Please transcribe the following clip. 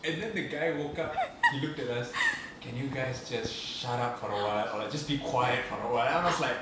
and then the guy woke up he looked at us can you guys just shut up for a while or like just be quiet for a while then I was like